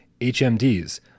HMDs